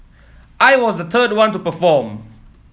I was the third one to perform